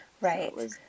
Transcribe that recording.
Right